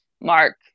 mark